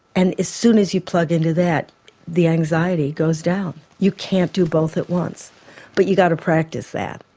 and as soon as you plug into that the anxiety goes down. you can't do both at once but you've got to practise that.